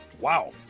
Wow